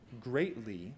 greatly